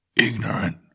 Ignorant